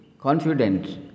confident